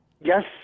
Yes